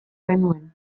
genuen